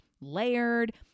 layered